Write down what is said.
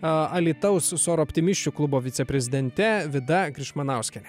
alytaus sor optimisčių klubo viceprezidente vida grišmanauskiene